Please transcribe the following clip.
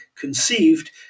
conceived